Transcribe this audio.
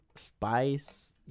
Spice